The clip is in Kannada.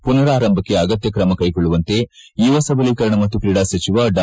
ಪುನಾರಂಭಕ್ಕೆ ಆಗತ್ಯ ಕೈಗೊಳ್ಳುವಂತೆ ಯುವ ಸಬಲೀಕರಣ ಮತ್ತು ತ್ರೀಡಾ ಸಚಿವ ಡಾ